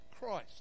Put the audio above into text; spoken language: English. christ